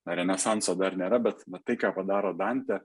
na renesanso dar nėra bet va tai ką padaro dantė